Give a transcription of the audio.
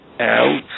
Out